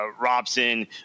Robson